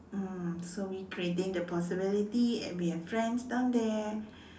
mm so we creating the possibility and we have friends down there